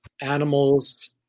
animals